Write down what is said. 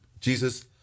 Jesus